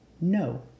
no